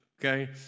okay